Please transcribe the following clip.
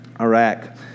Iraq